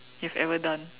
you have ever done